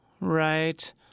Right